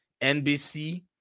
NBC